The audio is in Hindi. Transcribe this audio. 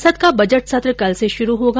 संसद का बजट सत्र कल से शुरू होगा